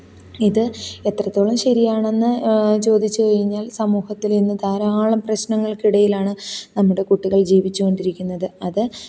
ഇത് എത്രത്തോളം ശരിയാണെന്ന് ചോദിച്ചു കഴിഞ്ഞാല് സമൂഹത്തിൽ ഇന്ന് ധാരാളം പ്രശ്നങ്ങള്ക്കിടയിലാണ് നമ്മുടെ കുട്ടികള് ജീവിച്ചുകൊണ്ടിരിക്കുന്നത് അത്